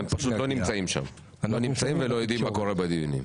הם פשוט לא נמצאים שם ולא יודעים מה קורה בדיונים.